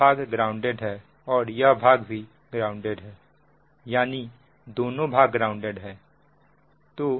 यह भाग ग्राउंडेड है और यह भाग भी ग्राउंडेड है यानी दोनों भाग ग्राउंडेड है